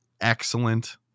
excellent